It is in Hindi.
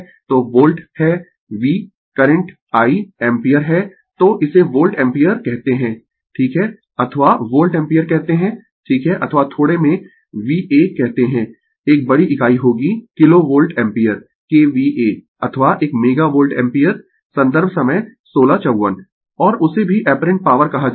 तो वोल्ट है V करेंट I एम्पीयर है तो इसे वोल्ट एम्पीयर कहते है ठीक है अथवा वोल्ट एम्पीयर कहते है ठीक है अथवा थोड़े में VA कहते है एक बड़ी इकाई होगी किलो वोल्ट एम्पीयर KVA अथवा एक मेगा वोल्ट एम्पीयर संदर्भ समय 1654 और उसे भी ऐपरेंट पॉवर कहा जाता है